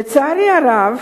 לצערי הרב,